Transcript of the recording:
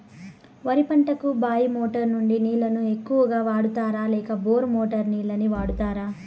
వరి పంటకు బాయి మోటారు నుండి నీళ్ళని ఎక్కువగా వాడుతారా లేక బోరు మోటారు నీళ్ళని వాడుతారా?